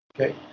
Okay